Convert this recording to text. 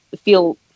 feel